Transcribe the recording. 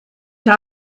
habe